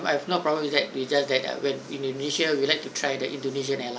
I have no problem with that it's just that when indonesia would like to try the indonesian airline